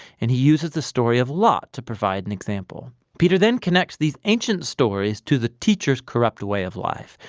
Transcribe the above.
and he uses the story of lot to provide an example. peter then connects these ancient stories to the teachers' corrupt way of life.